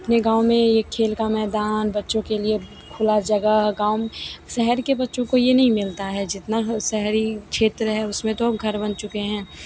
अपने गाँव में यह खेल का मैदान बच्चों के लिए खुला जगह गाँव शहर के बच्चों को यह नहीं मिलता है जितना शहरी क्षेत्र है उसमें तो घर बन चुके हैं